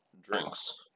drinks